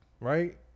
right